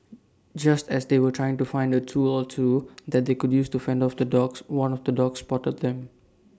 just as they were trying to find A tool or two that they could use to fend off the dogs one of the dogs spotted them